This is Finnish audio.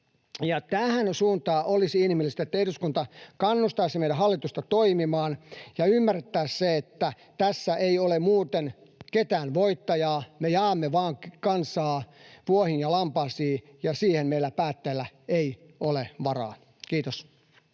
välttämätöntä. Olisi inhimillistä, että eduskunta kannustaisi meidän hallitusta toimimaan tähän suuntaan ja ymmärrettäisiin se, että tässä ei ole muuten ketään voittajaa: me vain jaamme kansaa vuohiin ja lampaisiin, ja siihen meillä päättäjillä ei ole varaa. — Kiitos.